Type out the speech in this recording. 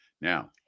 Now